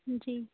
جی